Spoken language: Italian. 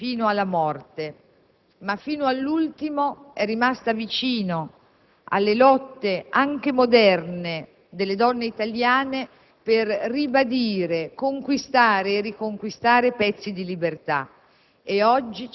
fino alla morte, ma fino all'ultimo è rimasta vicino alle lotte anche moderne delle donne italiane per ribadire, conquistare e riconquistare pezzi di libertà.